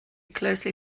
closely